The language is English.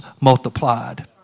multiplied